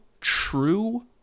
true